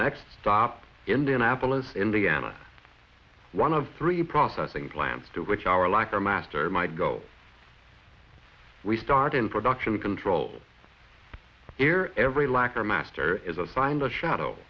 next stop indianapolis indiana one of three processing plants to which are like our master might go we start in production control here every lacquer master is assigned a sh